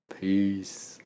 Peace